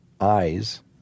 eyes